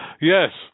Yes